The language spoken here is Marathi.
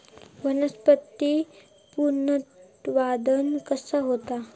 वनस्पतीत पुनरुत्पादन कसा होता?